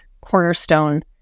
cornerstone